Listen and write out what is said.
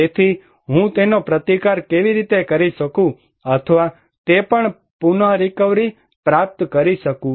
તેથી હું તેનો પ્રતિકાર કેવી રીતે કરી શકું અથવા તે પણ પુનરીકવરી પ્રાપ્ત કરી શકું